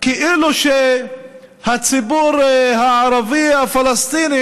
כאילו שהציבור הערבי הפלסטיני